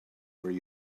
where